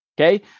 okay